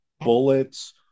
bullets